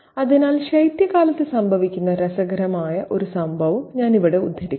അതിനാൽ ശൈത്യകാലത്ത് സംഭവിക്കുന്ന രസകരമായ ഒരു സംഭവം ഞാൻ ഉദ്ധരിക്കാം